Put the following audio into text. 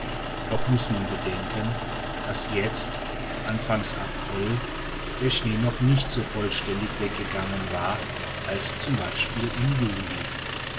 doch muß man bedenken daß jetzt anfangs april der schnee noch nicht so vollständig weggegangen war als z b im juli